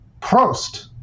Prost